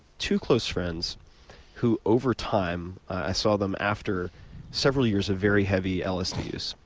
two close friends who overtime i saw them after several years of very heavy lsds,